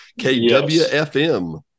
KWFM